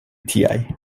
tiaj